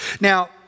Now